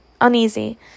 uneasy